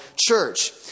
church